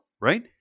right